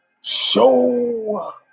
show